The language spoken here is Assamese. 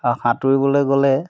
আৰু সাঁতুৰিবলৈ গ'লে